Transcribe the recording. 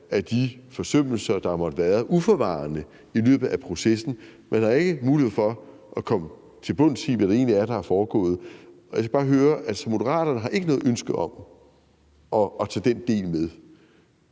af de forsømmelser, der har måttet være, uforvarende, i løbet af processen. Man har ikke mulighed for at komme til bunds i, hvad det egentlig er, der er foregået. Moderaterne har altså ikke noget ønske om at tage den del med,